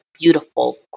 beautiful